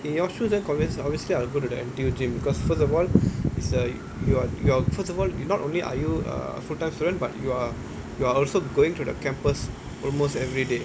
in your shoes then obvious~ obviously I will go to that N_T_U gym because first of all it's uh you are you are first of all you not only are you uh full time student but you are you are also going to the campus almost every day